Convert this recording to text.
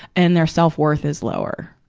and their self-worth is lower.